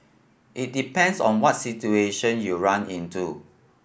it depends on what situation you run into